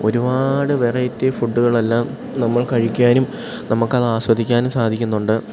ഒരുപാട് വെറൈറ്റി ഫുഡ്ഡുകളെല്ലാം നമ്മൾ കഴിക്കാനും നമുക്കത് ആസ്വദിക്കാനും സാധിക്കുന്നുണ്ട്